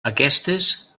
aquestes